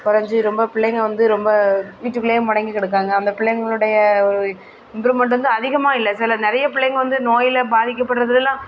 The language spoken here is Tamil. குறைஞ்சு ரொம்ப பிள்ளைங்க வந்து ரொம்ப வீட்டுக்குள்ளேயே முடங்கி கிடக்காங்க அந்த பிள்ளைங்களுடைய இம்ப்ரூமெண்ட் வந்து அதிகமாக இல்லை சில நிறைய பிள்ளைங்க வந்து நோயில் பாதிக்கப்படுறதுலலாம்